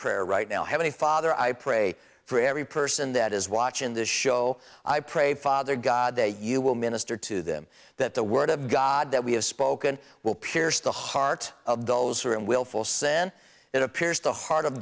prayer right now having a father i pray for every person that is watching this show i pray father god that you will minister to them that the word of god that we have spoken will pierce the heart of those who are in willful sen it appears the heart